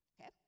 Okay